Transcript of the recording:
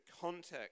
context